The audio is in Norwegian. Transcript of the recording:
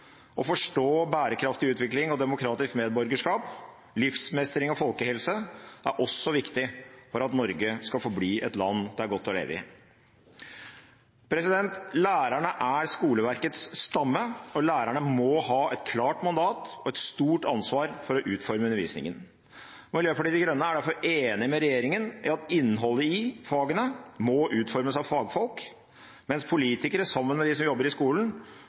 Å forstå bærekraftig utvikling og demokratisk medborgerskap, livsmestring og folkehelse er også viktig for at Norge skal forbli et land det er godt å leve i. Lærerne er skoleverkets stamme, og lærerne må ha et klart mandat og et stort ansvar for å utforme undervisningen. Miljøpartiet De Grønne er derfor enig med regjeringen i at innholdet i fagene må utformes av fagfolk, mens politikerne, sammen med de som jobber i skolen,